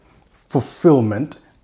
fulfillment